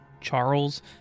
Charles